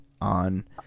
on